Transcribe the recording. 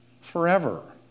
forever